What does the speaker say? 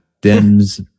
Dims